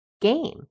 game